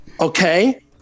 okay